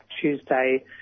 Tuesday